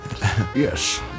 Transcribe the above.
Yes